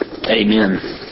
Amen